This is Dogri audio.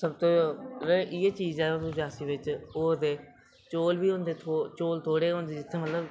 सबतूं मतलब इ'यै चीज ऐ रियासी बिच होर ते चौल बी होंदे चौल थोह्ड़े गै होंदे जित्थै मतलब